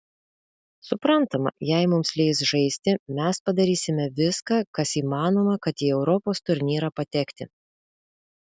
suprantama jei mums leis žaisti mes padarysime viską kas įmanoma kad į europos turnyrą patekti